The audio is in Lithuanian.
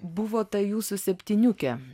buvo ta jūsų septyniukė